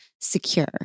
secure